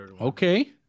okay